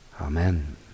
amen